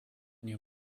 new